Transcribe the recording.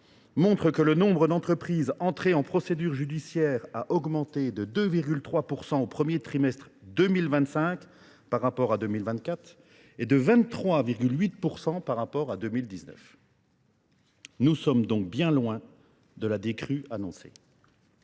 montre que le nombre d'entreprises entrées en procédure judiciaire a augmenté de 2,3% au premier trimestre 2025 par rapport à 2024 et de 23,8% par rapport à 2019. Nous sommes donc bien loin de la décrue annoncée.